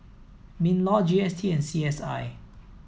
min law G S T and C S I